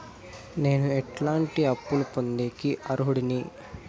నేను ఎట్లాంటి ఎట్లాంటి అప్పులు పొందేకి అర్హుడిని?